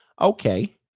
Okay